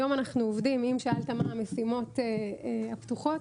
אם שאלת מהן המשימות הפתוחות,